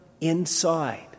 inside